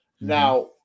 now